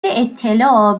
اطلاع